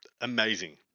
amazing